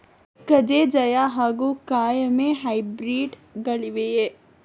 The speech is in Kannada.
ಕಜೆ ಜಯ ಹಾಗೂ ಕಾಯಮೆ ಹೈಬ್ರಿಡ್ ಗಳಿವೆಯೇ?